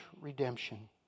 redemption